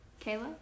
Kayla